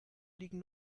liegen